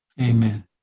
Amen